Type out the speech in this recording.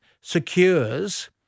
secures